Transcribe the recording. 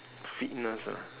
fitness ah